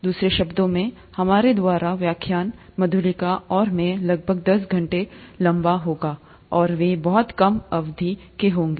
दूसरे शब्दों में हमारे द्वारा व्याख्यान मधुलिका और मैं लगभग दस घंटे लंबा होगा और वे बहुत कम अवधि के होंगे